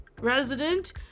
resident